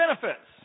benefits